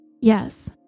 Yes